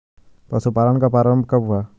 पशुपालन का प्रारंभ कब हुआ?